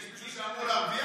מי אמור להרוויח?